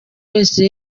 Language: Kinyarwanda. wese